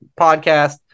podcast